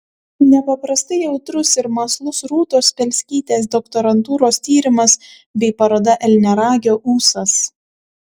nepaprastai jautrus ir mąslus rūtos spelskytės doktorantūros tyrimas bei paroda elniaragio ūsas